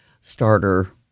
starter